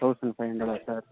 thousand five hundred ah sir